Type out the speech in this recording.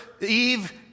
Eve